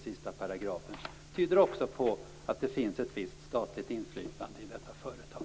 Det tyder också på att det finns ett visst statligt inflytande i detta företag.